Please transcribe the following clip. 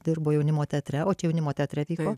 dirbo jaunimo teatre o čia jaunimo teatre vyko